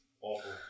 awful